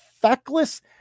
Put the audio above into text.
feckless